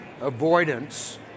avoidance